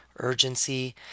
urgency